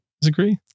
Disagree